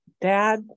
dad